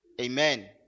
Amen